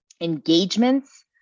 engagements